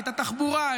את התחבורה,